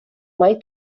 mai